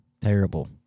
Terrible